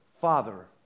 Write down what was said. father